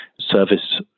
service